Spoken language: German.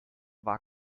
war